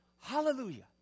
Hallelujah